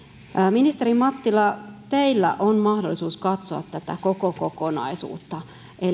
ministeri mattila teillä on mahdollisuus katsoa tätä koko kokonaisuutta